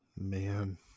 Man